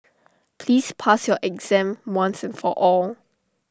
please pass your exam once and for all